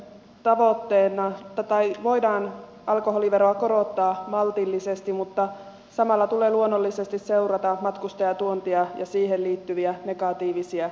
mielestäni alkoholiveroa voidaan korottaa maltillisesti mutta samalla tulee luonnollisesti seurata matkustajatuontia ja siihen liittyviä negatiivisia ilmiöitä